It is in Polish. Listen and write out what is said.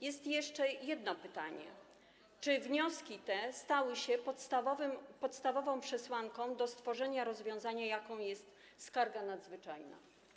Jest jeszcze jedno pytanie: Czy wnioski te stały się podstawową przesłanką stworzenia rozwiązania, jakim jest skarga nadzwyczajna?